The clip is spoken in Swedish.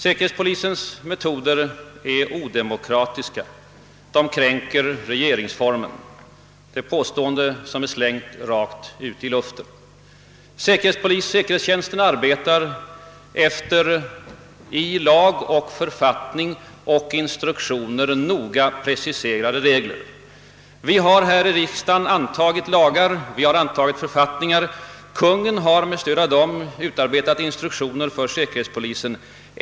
»Säkerhetspolisens metoder är odemokratiska, de kränker regeringsformen.» Detta är påståenden som är slängda rakt ut i luften. Säkerhetstjänsten arbetar efter i lag, författning och instruktioner noga preciserade regler. Vi har här i riksdagen antagit dessa lagar och författningar. Konungen har med stöd av dem utfärdat instruktioner för säkerhetspolisen.